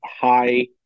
high